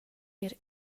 eir